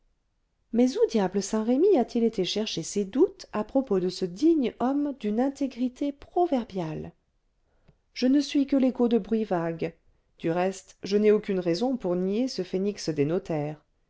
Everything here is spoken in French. mais où diable saint-remy a-t-il été chercher ses doutes à propos de ce digne homme d'une intégrité proverbiale je ne suis que l'écho de bruits vagues du reste je n'ai aucune raison pour nier ce phénix des notaires